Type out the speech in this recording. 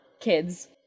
kids